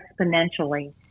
exponentially